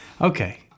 Okay